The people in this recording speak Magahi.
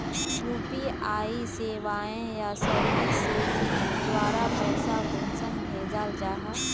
यु.पी.आई सेवाएँ या सर्विसेज द्वारा पैसा कुंसम भेजाल जाहा?